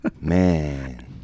man